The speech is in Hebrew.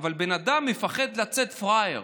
בן אדם מפחד לצאת פראייר,